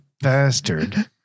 bastard